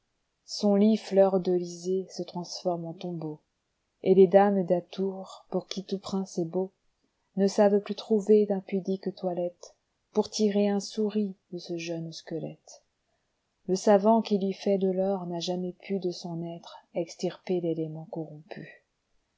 son lit fleurdelisé se transforme en tombeau et les dames d'atour pour qui tout prince est beau ne savent plus trouver d'impudique toilette pour tirer un souris de ce jeune squelette le savant qui lui fait de l'or n'a jamais pu de son être extirper télément corrompu